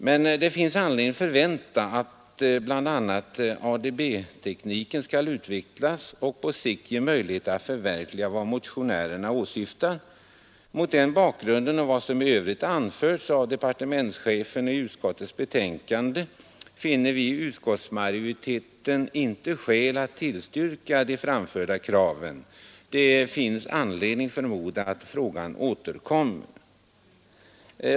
Men det finns anledning förvänta bl.a. att ADB-tekniken skall utvecklas och på sikt ge möjlighet att förverkliga vad motionärerna åsyftar. Mot den bakgrunden och vad som i övrigt anförs av departementschefen finner vi i utskottsmajoriteten inte skäl att tillstyrka de framförda kraven. Det finns anledning förmoda att frågan återkommer.